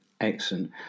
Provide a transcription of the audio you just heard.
excellent